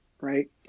right